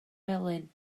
felyn